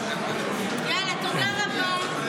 יאללה, תודה רבה.